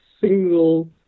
single